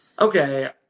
okay